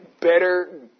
better